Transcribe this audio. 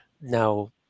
now